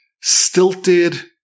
stilted